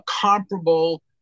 comparable